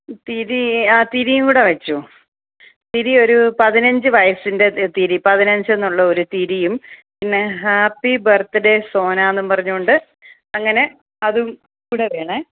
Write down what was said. തിരി ആ തിരിയും കൂടെ വെച്ചോ തിരി ഒരു പതിനഞ്ച് വയസ്സിൻ്റെ തിരി പതിനഞ്ച് എന്നുള്ള ഒരു തിരിയും പിന്നെ ഹാപ്പി ബർത്ത്ഡേ സോന എന്നും പറഞ്ഞുകൊണ്ട് അങ്ങനെ അതും കൂടെ വേണേ